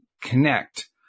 connect